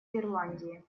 ирландии